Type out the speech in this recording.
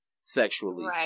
sexually